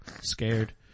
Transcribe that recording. scared